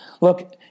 Look